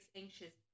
anxious